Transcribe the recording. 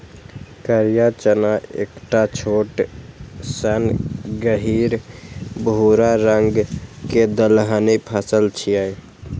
करिया चना एकटा छोट सन गहींर भूरा रंग के दलहनी फसल छियै